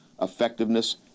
effectiveness